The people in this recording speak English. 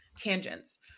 Tangents